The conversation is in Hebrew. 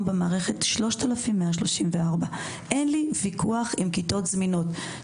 במערכת 3,134. אין לי ויכוח לגבי כיתות זמינות.